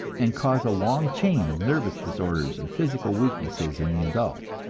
and cause a long chain of nervous disorders and physical weaknesses in the adult.